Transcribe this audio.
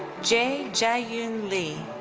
jay jae-yoon lee.